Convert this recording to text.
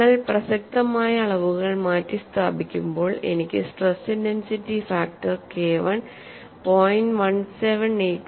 നിങ്ങൾ പ്രസക്തമായ അളവുകൾ മാറ്റിസ്ഥാപിക്കുമ്പോൾ എനിക്ക് സ്ട്രെസ് ഇന്റെൻസിറ്റി ഫാക്ടർ KI 0